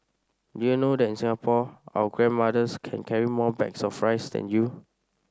do you know that in Singapore our grandmothers can carry more bags of rice than you